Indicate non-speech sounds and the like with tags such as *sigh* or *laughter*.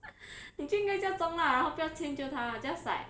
*noise* 你就应该叫中辣然后不要迁就他 just like